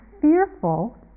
fearful